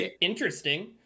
interesting